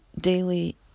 daily